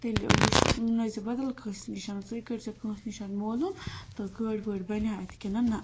تیٚلہِ وُچھ اننٲیزِ بَدل کٲنٛسہِ نش بیٚیہِ کٔرۍ زِ کٲنٛسہِ نِش معلوم تہٕ گٲڑۍ وٲڑۍ بَنیٛاہ اَتہِ کِنہٕ نَہ